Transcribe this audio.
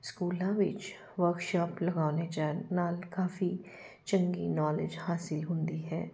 ਸਕੂਲਾਂ ਵਿੱਚ ਵਰਕਸ਼ਾਪ ਲਗਾਉਣੇ ਜਾਣ ਨਾਲ ਕਾਫੀ ਚੰਗੀ ਨੌਲੇਜ ਹਾਸਿਲ ਹੁੰਦੀ ਹੈ